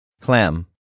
Clam